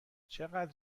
چقدر